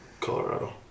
Colorado